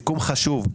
סיכום חשוב,